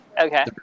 Okay